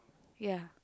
ya